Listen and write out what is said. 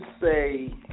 say